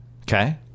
Okay